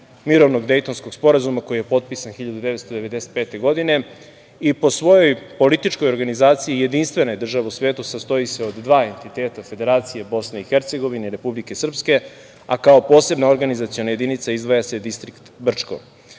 mirovnog Dejtonskog sporazuma, koji je potpisan 1995. godine, i po svojoj političkoj organizaciji jedinstvene države u svetu sastoji se od dva entiteta, Federacije BiH i Republike Srpske, a kao posebna organizaciona jedinica izdvaja se Distriht Brčko.Za